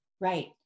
right